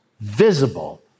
visible